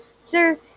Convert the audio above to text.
Sir